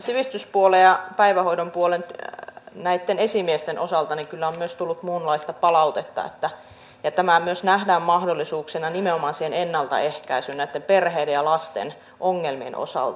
sivistyspuolen ja päivähoidon puolen esimiesten osalta on tullut myös muunlaista palautetta ja tämä myös nähdään mahdollisuuksina nimenomaan siihen ennaltaehkäisyyn perheiden ja lasten ongelmien osalta